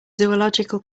zoological